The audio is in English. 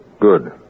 Good